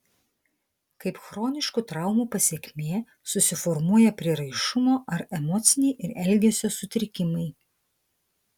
kaip chroniškų traumų pasekmė susiformuoja prieraišumo ar emociniai ir elgesio sutrikimai